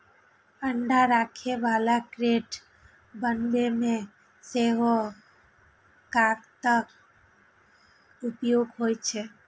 अंडा राखै बला क्रेट बनबै मे सेहो कागतक उपयोग होइ छै